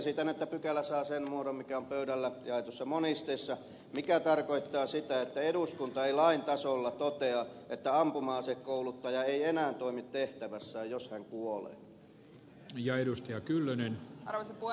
esitän että pykälä saa sen muodon mikä on pöydille jaetussa monisteessa mikä tarkoittaa sitä että eduskunta ei lain tasolla totea että ampuma asekouluttaja ei enää toimi tehtävässään jos hän kuolee